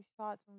shots